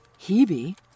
Hebe